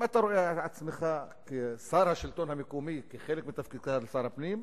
אם אתה רואה עצמך כשר השלטון המקומי כחלק מתפקידך כשר הפנים,